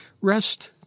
rest